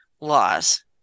laws